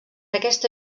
aquesta